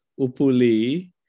Upuli